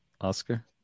Oscar